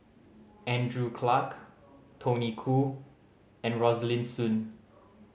Andrew Clarke Tony Khoo and Rosaline Soon